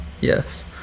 Yes